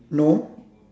no